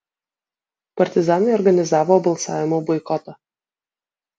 partizanai organizavo balsavimų boikotą